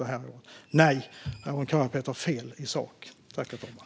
Nej, här har Arin Karapet fel i sak, herr talman.